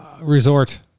Resort